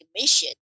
mission